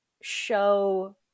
show